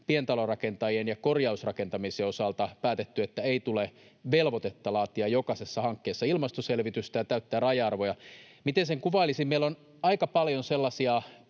pientalorakentajien ja korjausrakentamisen osalta päätetty, että ei tule velvoitetta laatia jokaisessa hankkeessa ilmastoselvitystä ja täyttää raja-arvoja. Miten sen kuvailisin? Meillä on aika paljon sellaisia